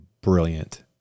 brilliant